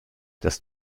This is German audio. das